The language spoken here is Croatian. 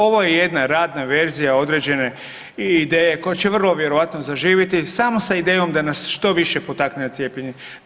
Ovo je jedna radna verzija određene i ideje koja će vrlo vjerojatno zaživiti samo sa idejom da nas što više potakne na cijepljenje.